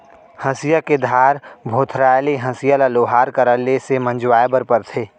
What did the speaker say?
हँसिया के धार भोथराय ले हँसिया ल लोहार करा ले से मँजवाए बर परथे